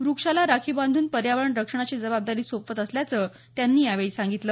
वृक्षाला राखी बांधून पर्यावरण रक्षणाची जबाबदारी सोपवत असल्याचं त्यांनी सांगितलं